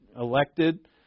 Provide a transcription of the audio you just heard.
elected